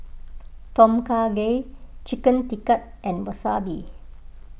Tom Kha Gai Chicken Tikka and Wasabi